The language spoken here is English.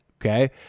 Okay